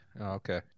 Okay